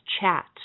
chat